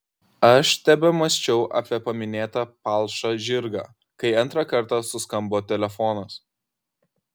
aš tebemąsčiau apie paminėtą palšą žirgą kai antrą kartą suskambo telefonas